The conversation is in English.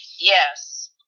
Yes